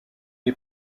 est